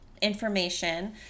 information